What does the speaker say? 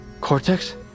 Cortex